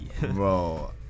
Bro